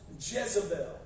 Jezebel